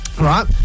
Right